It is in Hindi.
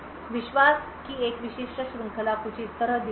विश्वास की एक विशिष्ट श्रृंखला कुछ इस तरह दिखती है